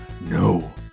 No